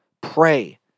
Pray